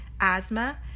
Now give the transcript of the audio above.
asthma